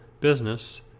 business